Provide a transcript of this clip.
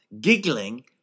giggling